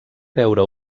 veure